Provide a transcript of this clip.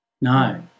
No